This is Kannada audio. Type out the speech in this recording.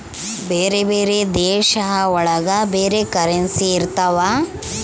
ಬೇರೆ ಬೇರೆ ದೇಶ ಒಳಗ ಬೇರೆ ಕರೆನ್ಸಿ ಇರ್ತವ